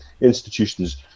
institutions